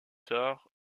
tard